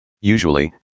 Usually